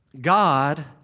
God